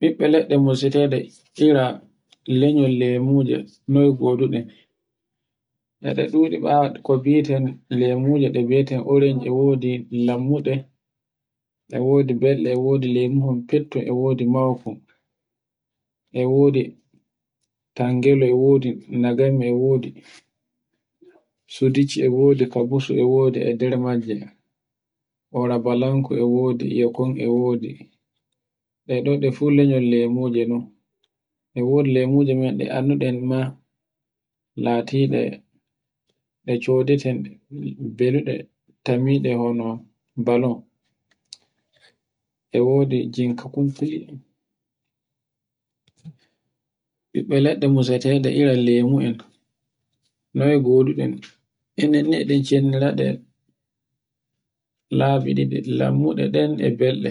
ɓiɓɓe leɗɗe musiteɗe ira lanyol lemuje noy goduɗen. E ɗe ɗuɗu fa ko biten lemuji ɗe biyeten orenji. E wodi lammuɗe, e wodi belɗe e wodi lemuhol fettun, e wodi moukol, e wodi tangelo e wodi naganmi e wodi, suducci, e wodi kabusu e wodi e nder majje. Orabalanku e wodi iyekun e wodi ɗe ɗon ɗe fu lanyeji lemoji non. e wodi lemuje menɗe annduɗen ma latiɗe ɗe sodoten beluɗe tammiɗe hono balu. e wodi jinka kunkuy. ɓiɓɓe leɗɗe musete ɓe ira lemu en, noye goduɗen. enen ni e ɗen cendiraɗen laɓi ɗiɗi lammuɗe ɗen e belɗe.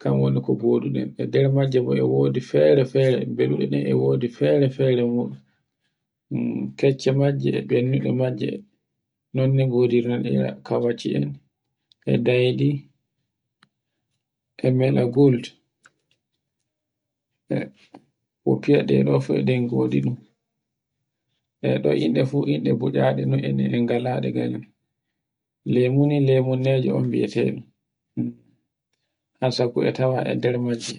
kan woni ko nhgoduɗen e nder majje bo e wodi fere-fere beluɗe ɗen e wodi fere-fere ɗum. kecce majji e benduɗi majji non no goduri e dayɗi, e meɗa guld, e fo foyade ɗo fu e ɗen goduɗum. e ɗo innde fu innde gutcade, no innde en galaɗe lemuni lemunjo on biyete ɗum. hasaku e tawa e nder majji.